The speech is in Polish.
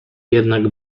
jednak